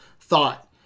thought